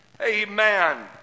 Amen